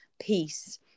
peace